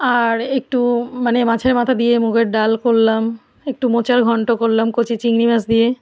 আর একটু মানে মাছের মাথা দিয়ে মুগের ডাল করলাম একটু মোচার ঘন্ট করলাম কচি চিংড়ি মাছ দিয়ে